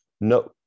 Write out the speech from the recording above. No